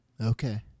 Okay